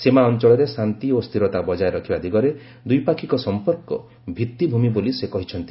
ସୀମା ଅଞ୍ଚଳରେ ଶାନ୍ତି ଓ ସ୍ଥିରତା ବଜାୟ ରଖିବା ଦିଗରେ ଦ୍ୱିପାକ୍ଷିକ ସମ୍ପର୍କ ଭିଭିଭିମି ବୋଲି ସେ କହିଛନ୍ତି